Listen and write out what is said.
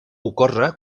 ocorre